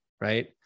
right